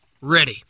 Ready